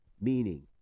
Meaning